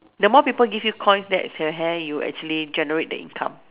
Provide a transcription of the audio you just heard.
the more people give you coins that is your hair you actually generate the income